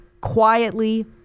quietly